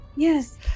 Yes